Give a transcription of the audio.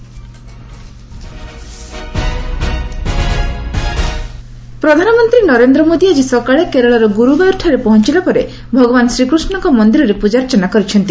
PM Kerala ପ୍ରଧାନମନ୍ତ୍ରୀ ନରେନ୍ଦ୍ର ମୋଦି ଆଜି ସକାଳେ କେରଳର ଗୁରୁଭାୟୁର୍ଠାରେ ପହଞ୍ଚଲା ପରେ ଭଗବାନ୍ ଶ୍ରୀକୃଷଙ୍କ ମନ୍ଦିରରେ ପୂଜାର୍ଚ୍ଚନା କରିଛନ୍ତି